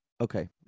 Okay